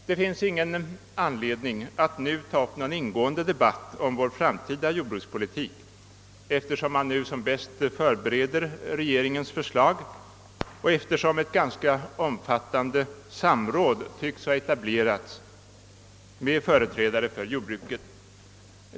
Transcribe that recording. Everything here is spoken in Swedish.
Det finns inget motiv för att nu ta upp någon ingående debatt om vår framtida jordbrukspolitik, eftersom man som bäst förbereder regeringens förslag och eftersom ett ganska omfattande samråd tycks ha etablerats med företrädare för jordbruket.